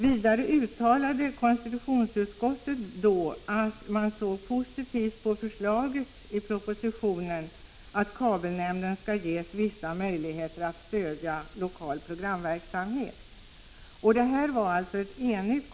Vidare uttalade konstitutionsutskottet att det såg positivt på förslaget i propositionen att kabelnämnden skall ges vissa möjligheter att stödja lokal programverksamhet. Konstitutionsutskottet var alltså enigt.